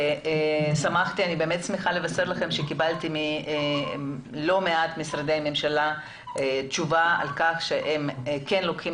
אני שמחה לבשר לכם מלא מעט משרדי ממשלה תשובה שהם לוקחים